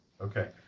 Okay